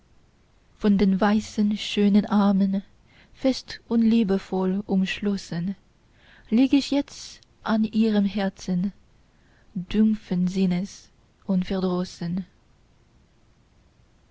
von den weißen schönen armen fest und liebevoll umschlossen lieg ich jetzt an ihrem herzen dumpfen sinnes und